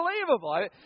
unbelievable